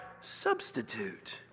substitute